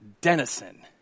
Denison